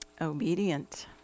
Obedient